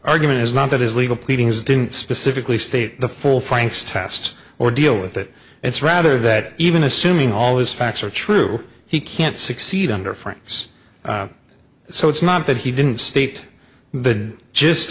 argument is not that his legal pleadings didn't specifically state the full franks test or deal with it it's rather that even assuming all these facts are true he can't succeed under friends so it's not that he didn't state bid just